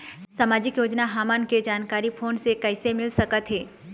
सामाजिक योजना हमन के जानकारी फोन से कइसे मिल सकत हे?